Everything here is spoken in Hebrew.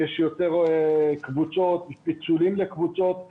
יש יותר פיצולים לקבוצות וכו'.